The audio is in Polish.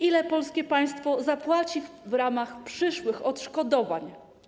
Ile polskie państwo zapłaci w ramach przyszłych odszkodowań?